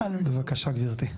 בבקשה, גבירתי.